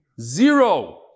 Zero